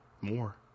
more